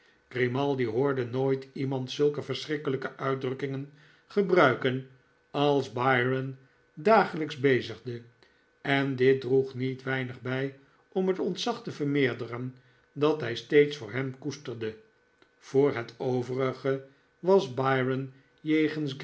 grimaldi hoorde nooitiemandzulke verschrikkelijke uitdrukkingen gebruiken als byron dagelijks bezigde en dit droeg niet weinig bij om het ontzag te vermeerderen dat hij steeds voor hem koesterde voor het overige